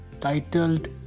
titled